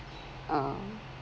uh